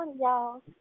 y'all